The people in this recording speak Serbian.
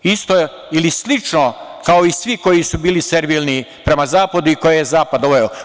Isto ili slično kao i svi koji su bili servilni prema Zapadu i koje je Zapad doveo.